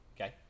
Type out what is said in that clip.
Okay